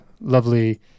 lovely